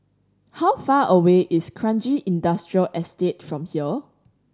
how far away is Kranji Industrial Estate from here